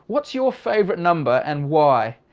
what's your favorite number, and why?